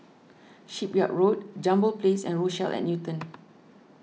Shipyard Road Jambol Place and Rochelle at Newton